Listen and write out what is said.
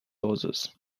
others